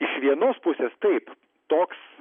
iš vienos pusės taip toks